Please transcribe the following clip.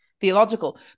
theological